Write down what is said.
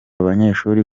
banyeshuri